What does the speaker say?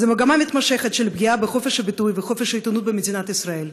זו מגמה מתמשכת של פגיעה בחופש הביטוי ובחופש העיתונות במדינת ישראל.